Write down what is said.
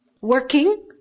working